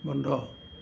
বন্ধ